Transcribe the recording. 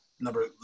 Number